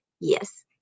Yes